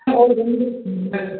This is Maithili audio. ऑलराउन्डर छियै